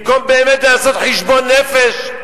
במקום באמת לעשות חשבון נפש,